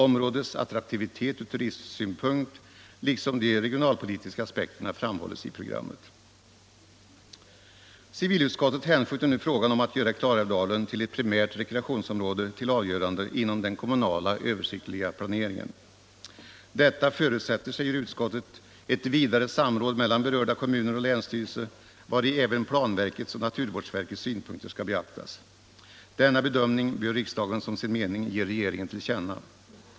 Områdets attraktivitet ur turistsynpunkt, liksom de regionalpolitiska aspekterna, framhålles i programmet. Civilutskottet hänskjuter nu frågan om att göra Klarälvsdalen till ett primärt rekreationsområde till avgörande inom den kommunala översiktliga planeringen. Detta förutsätter, säger utskottet, ett vidare samråd mellan berörda kommuner och länsstyrelser, vari även planverkets och naturvårdsverkets synpunkter skall beaktas. Denna bedömning bör riksdagen som sin mening ge regeringen till känna.